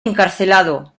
encarcelado